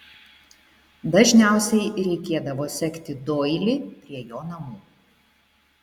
dažniausiai reikėdavo sekti doilį prie jo namų